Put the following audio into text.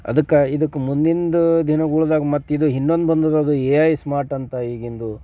ಅದಕ್ಕೆ ಇದಕ್ಕೆ ಮುಂದಿನ ದಿನಗಳ್ದಾಗೆ ಮತ್ತಿದು ಇನ್ನೊಂದು ಬಂದಿದೆದು ಎ ಐ ಸ್ಮಾರ್ಟ್ ಅಂತ ಈಗಿಂದು